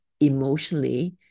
emotionally